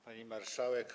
Pani Marszałek!